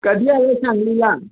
कधी आला सांगलीला